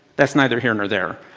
that's neither here nor there.